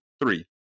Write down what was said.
three